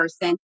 person